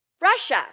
Russia